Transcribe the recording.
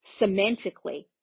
semantically